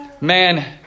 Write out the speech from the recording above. man